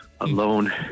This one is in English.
alone